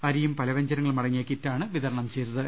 അരിയും പലവൃ ഞ്ജനങ്ങളും അടങ്ങിയ കിറ്റാണ് വിതരണം ചെയ്തത്